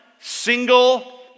single